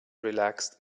relaxed